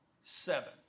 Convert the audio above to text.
seven